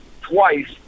twice